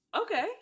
okay